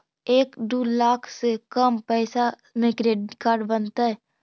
एक दू लाख से कम पैसा में क्रेडिट कार्ड बनतैय?